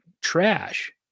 trash